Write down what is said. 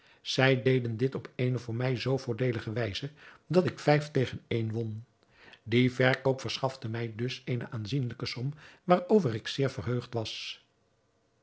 zij deden dit op eene voor mij zoo voordeelige wijze dat ik vijf tegen één won die verkoop verschafte mij dus eene aanzienlijke som waarover ik zeer verheugd was